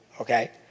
Okay